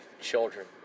children